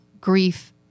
grief